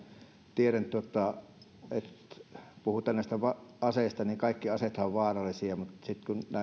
tiedän että kun puhutaan aseista niin kaikki aseethan ovat vaarallisia mutta sitten